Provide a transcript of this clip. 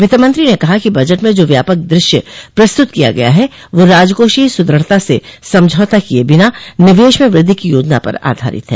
वित्तमंत्री ने कहा कि बजट में जो व्यापक दृश्य प्रस्तुत किया गया है वह राजकोषीय सुदृढता से समझौता किये बिना निवेश में वृद्धि को योजना पर आधारित है